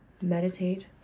meditate